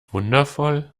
wundervoll